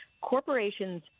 Corporations